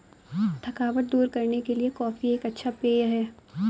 थकावट दूर करने के लिए कॉफी एक अच्छा पेय है